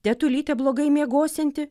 tetulytė blogai miegosianti